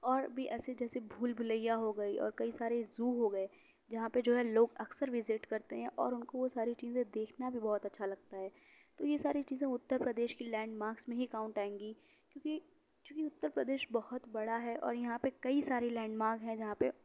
اور بھی ایسے جیسے بھول بھلیا ہوگئی اور کئی سارے زو ہو گئے جہاں پہ جو ہے لوگ اکثر وزٹ کرتے ہیں اور ان کو وہ ساری چیزیں دیکھنا بھی بہت اچھا لگتا ہے تو یہ ساری چیزیں اترپردیش کی لینڈ مارکس میں ہی کاؤنٹ آئیں گی کیوںکہ کیوںکہ اترپردیش بہت بڑا ہے اور یہاں پہ کئی سارے لینڈ مارک ہیں جہاں پہ